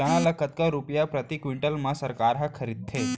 चना ल कतका रुपिया प्रति क्विंटल म सरकार ह खरीदथे?